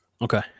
okay